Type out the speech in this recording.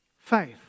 Faith